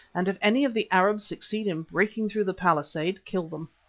and if any of the arabs succeed in breaking through the palisade, kill them.